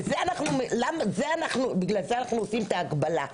לזה, זה אנחנו, בגלל זה אנחנו עושים את ההקבלה.